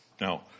Now